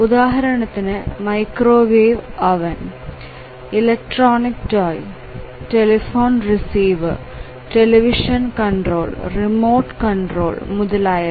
ഉദാഹരണത്തിന് microwave oven electronic toy telephone receiver television control remote controller മുതലായവ